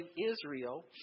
Israel